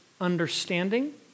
understanding